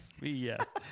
Yes